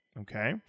Okay